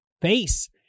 face